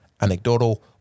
anecdotal